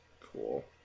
Cool